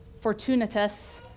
Fortunatus